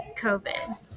COVID